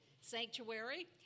sanctuary